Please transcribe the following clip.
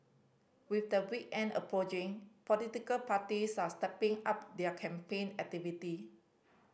with the weekend approaching political parties are stepping up their campaign activity